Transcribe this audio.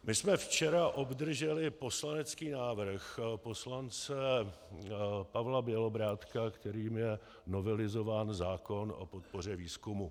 My jsme včera obdrželi poslanecký návrh poslance Pavla Bělobrádka, kterým je novelizován zákon o podpoře výzkumu.